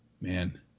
man